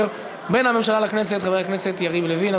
בין הממשלה לכנסת חבר הכנסת יריב לוין.